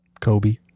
Kobe